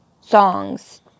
songs